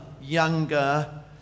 younger